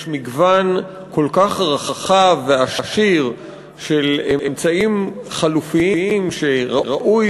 יש מגוון כל כך רחב ועשיר של אמצעים חלופיים שראוי